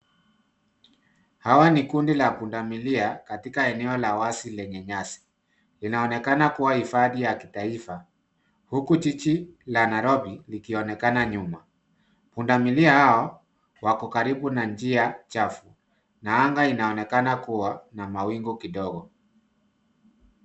Hawa ni kundi la pundamilia, katika eneo la wazi lenye nyasi. Linaonekana kuwa hifadhi ya kitaifa huku jiji la Nairobi likionekana nyuma. Pundamilia hawa, wako karibu na njia chafu na anga inaonekana kuwa na mawingu kidogo.